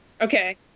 Okay